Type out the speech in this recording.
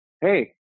hey